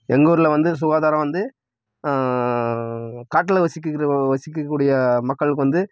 எங்கூர்ல வந்து சுகாதாரம் வந்து காட்டில் வசிக்கிற வசிக்கக்கூடிய மக்களுக்கு வந்து